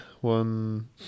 one